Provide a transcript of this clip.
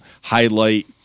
highlight